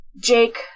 Jake